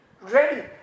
Ready